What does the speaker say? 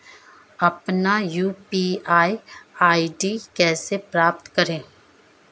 अपना UPI ID कैसे प्राप्त करें?